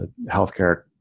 healthcare